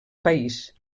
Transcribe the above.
país